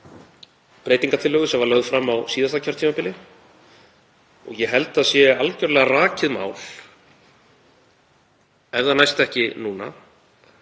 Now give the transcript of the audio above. breytingartillögu sem var lögð fram á síðasta kjörtímabili og ég held að það sé algjörlega rakið mál, ef það næst ekki núna,